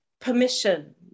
permission